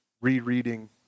rereading